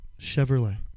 Chevrolet